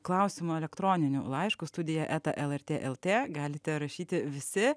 klausimo elektroniniu laišku studija eta lrt lt galite rašyti visi